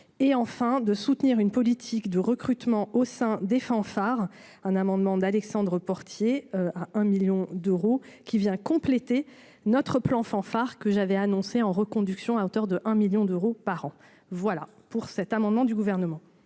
et enfin de soutenir une politique de recrutement au sein des fanfares un amendement d'Alexandre Portier à un 1000000 d'euros qui vient compléter notre plan fanfare que j'avais annoncé en reconduction à hauteur de 1 1000000 d'euros par an, voilà pour cet amendement du gouvernement,